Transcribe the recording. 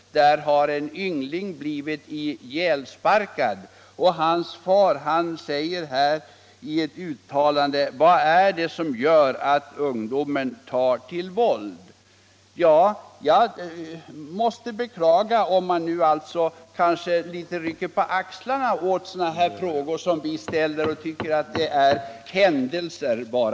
En yngling blev ihjälsparkad. Hans far säger i ett uttalande: Vad är det som gör att ungdomen tar till våld? Jag måste beklaga om man rycker på axlarna åt de frågor som vi ställer och bara betecknar dem som händelser.